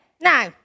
now